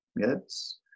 yes